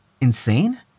Insane